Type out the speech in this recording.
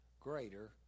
greater